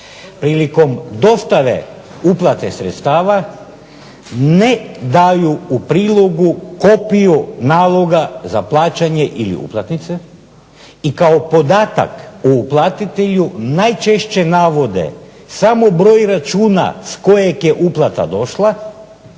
prilikom dostave uplate sredstava ne daju u prilogu kopiju naloga za plaćanje ili uplatnice, i kao podatak o uplatitelju najčešće navode samo broj računa s kojeg je uplata došla